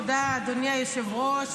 תודה, אדוני היושב-ראש.